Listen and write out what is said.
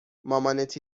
مامانت